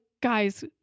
guys